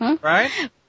right